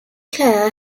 clair